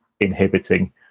inhibiting